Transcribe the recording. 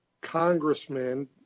congressman